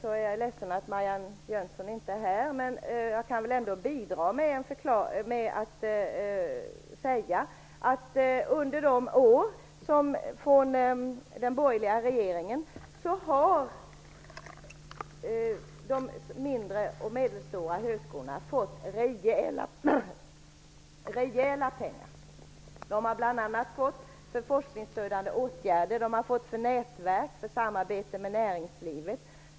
Jag är ledsen över att Marianne Jönsson inte är här, men jag kan ändå säga att de mindre och medelstora högskolorna under den borgerliga regeringens år har fått rejält med pengar. De har bl.a. fått pengar till forskningsstödjande åtgärder, nätverk och samarbete med näringslivet.